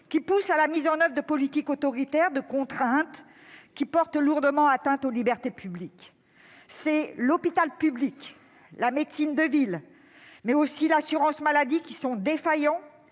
qui pousse à la mise en oeuvre de politiques autoritaires et de contraintes qui portent lourdement atteinte aux libertés publiques. C'est l'hôpital public, la médecine de ville mais aussi l'assurance maladie qui sont défaillants,